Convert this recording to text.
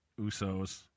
Usos